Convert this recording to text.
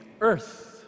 earth